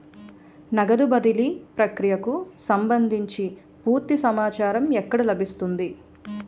నగదు బదిలీ ప్రక్రియకు సంభందించి పూర్తి సమాచారం ఎక్కడ లభిస్తుంది?